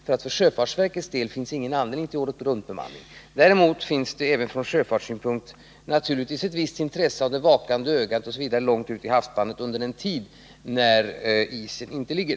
För sjöfartsverkets del finns det nämligen ingen anledning att ha åretruntbeman ning. Däremot är det givetvis även från sjöfartssynpunkt av ett visst intresse Nr 93 att man har ett vakande öga långt ute i havsbandet under den tid då det är